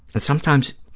and sometimes,